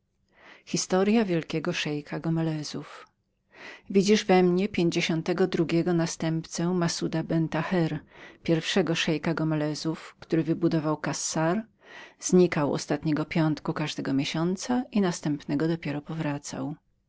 i zaczął w te słowa widzisz we mnie pięćdziesiątego drugiego następcę massuda ben tachera pierwszego szeika gomelezów który wybudował kassar znikał ostatniego piątku każdego miesiąca i następnego dopiero powracał